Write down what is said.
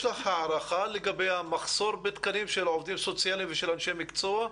יש לך הערכה לגבי המחסור בתקנים של עובדים סוציאליים ושל אנשי מקצוע?